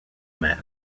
man